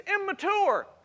immature